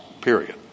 period